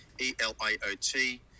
e-l-i-o-t